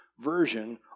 version